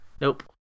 Nope